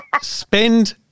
spend